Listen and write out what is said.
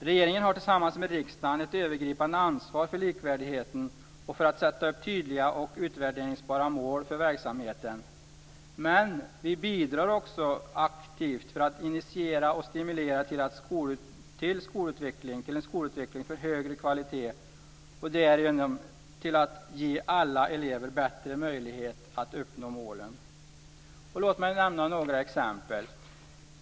Regeringen har tillsammans med riksdagen ett övergripande ansvar för likvärdigheten och för att sätta upp tydliga och utvärderingsbara mål för verksamheten, men vi bidrar också aktivt till att initiera och stimulera till en skolutveckling för högre kvalitet och till att därigenom ge alla elever bättre möjligheter att uppnå målen. Låt mig nämna några exempel.